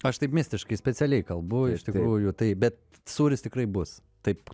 aš taip mistiškai specialiai kalbu iš tikrųjų tai bet sūris tikrai bus taip